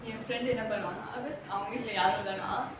me and friend because obviously